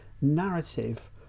narrative